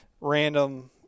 Random